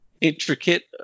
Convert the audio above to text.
intricate